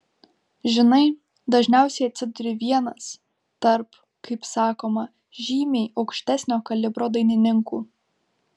žinai dažniausiai atsiduri vienas tarp kaip sakoma žymiai aukštesnio kalibro dainininkų